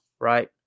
right